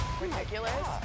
ridiculous